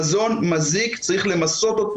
מזון מזיק צריך למסות,